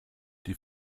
die